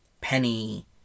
Penny